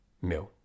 meu